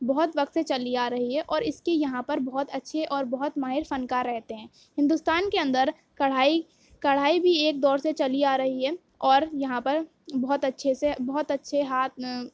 بہت وقت سے چلی آ رہی ہے اور اس کے یہاں پر بہت اچھے اور بہت ماہر فن کار رہتے ہیں ہندوستان کے اندر کڑھائی کڑھائی بھی ایک دور سے چلی آ رہی ہے اور یہاں پر بہت اچھے سے بہت اچھے ہاتھ